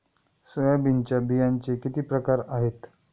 सोयाबीनच्या बियांचे किती प्रकार आहेत?